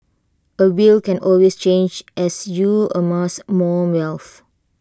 A will can always change as you amass more wealth